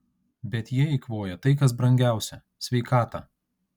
bet jie eikvoja tai kas brangiausia sveikatą